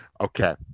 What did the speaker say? okay